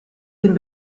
den